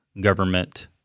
government